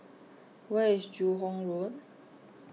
Where IS Joo Hong Road